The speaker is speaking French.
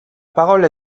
parole